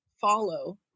follow